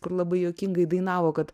kur labai juokingai dainavo kad